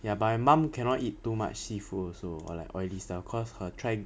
ya but mum cannot eat too much seafood also or like oily stuff cause her tri~